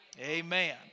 Amen